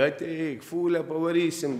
ateik fūlę pavarysim